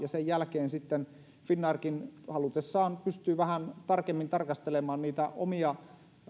sen jälkeen sitten finnairkin halutessaan pystyy vähän tarkemmin tarkastelemaan niitä omia